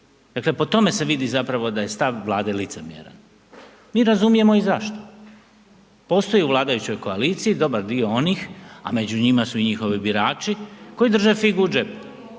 Dakle po tome se vidi zapravo da je stav Vlade licemjeran. Mi razumijemo i zašto, postoji u vladajućoj koaliciji dobar dio onih a među njima su i njihovi birači koji drže figu u džepu